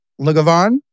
Lagavon